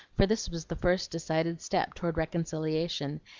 for this was the first decided step toward reconciliation,